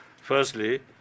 Firstly